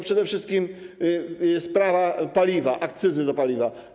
Przede wszystkim sprawa paliwa, akcyzy za paliwo.